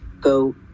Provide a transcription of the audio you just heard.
go